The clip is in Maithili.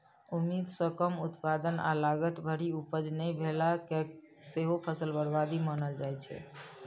उम्मीद सं कम उत्पादन आ लागत भरि उपज नहि भेला कें सेहो फसल बर्बादी मानल जाइ छै